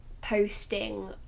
Posting